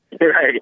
Right